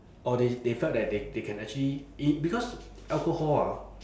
or they they felt that they they can actually e~ because alcohol ah